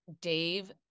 Dave